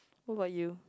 what about you